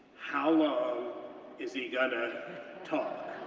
how long is he gonna talk?